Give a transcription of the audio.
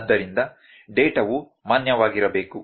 ಆದ್ದರಿಂದ ಡೇಟಾವು ಮಾನ್ಯವಾಗಿರಬೇಕು